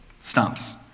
stumps